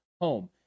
home